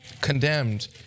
condemned